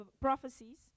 prophecies